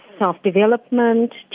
self-development